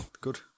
Good